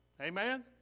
Amen